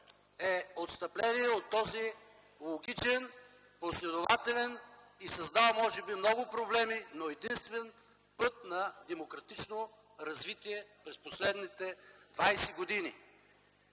е отстъпление от този логичен, последователен и създаващ може би много проблеми, но единствен път на демократично развитие през последните двадесет години.